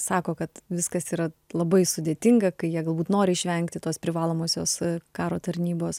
sako kad viskas yra labai sudėtinga kai jie galbūt nori išvengti tos privalomosios karo tarnybos